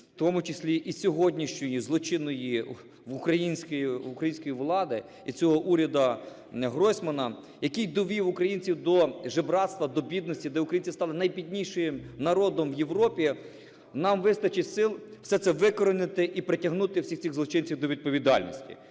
тому числі і сьогоднішньої злочинної української влади, і цього уряду Гройсмана, який довів українців до жебрацтва, до бідності, де українці стали найбіднішим народом в Європі, нам вистачить сил все це викорінити і притягнути всіх цих злочинців до відповідальності.